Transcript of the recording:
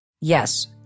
Yes